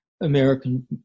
American